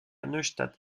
neustadt